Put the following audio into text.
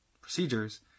procedures